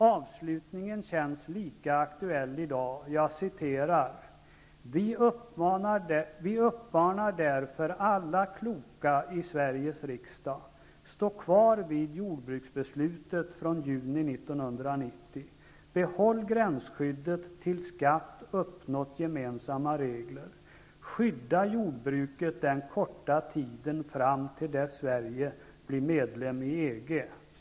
Avslutningen känns lika aktuell i dag: ''Vi uppmanar därför alla kloka i Sveriges riksdag: behåll gränsskyddet tills GATT uppnått gemensamma regler. Skydda jordbruket den korta tiden fram till dess Sverige blir medlem i EG!''